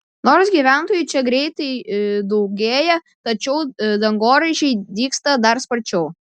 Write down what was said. nors gyventojų čia greitai daugėja tačiau dangoraižiai dygsta dar sparčiau